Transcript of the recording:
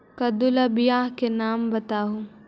कददु ला बियाह के नाम बताहु?